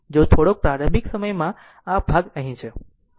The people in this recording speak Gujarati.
જો થોડોક પ્રારંભિક સમય માં આ ભાગ અહીં છે